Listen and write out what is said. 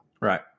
Right